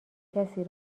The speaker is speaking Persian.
کسی